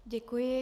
Děkuji.